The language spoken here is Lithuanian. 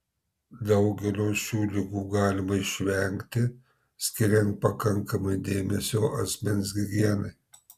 daugelio šių ligų galima išvengti skiriant pakankamai dėmesio asmens higienai